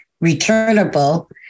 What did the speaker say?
returnable